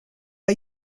are